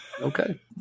Okay